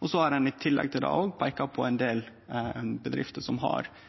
I tillegg til det har ein peika på ein del bedrifter som har